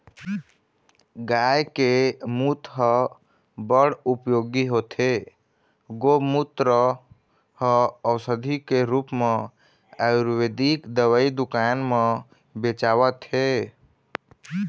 गाय के मूत ह बड़ उपयोगी होथे, गोमूत्र ह अउसधी के रुप म आयुरबेदिक दवई दुकान म बेचावत हे